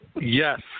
Yes